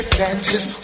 dances